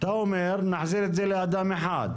אתה אומר נחזיר את זה לאדם אחד.